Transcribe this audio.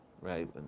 Right